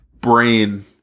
brain